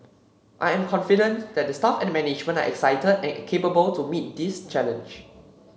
I am confident that the staff and management are excited and capable to meet this challenge